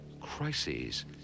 Crises